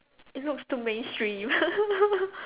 it looks too mainstream